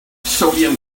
sodium